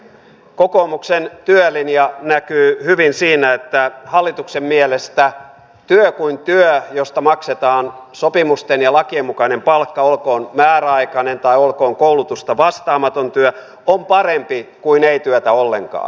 kokoomuksen työlinja näkyy hyvin siinä että hallituksen mielestä työ kuin työ josta maksetaan sopimusten ja lakien mukainen palkka olkoon määräaikainen tai olkoon koulutusta vastaamaton työ on parempi kuin ei työtä ollenkaan